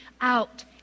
out